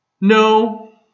No